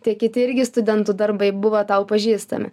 tie kiti irgi studentų darbai buvo tau pažįstami